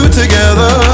together